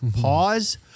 Pause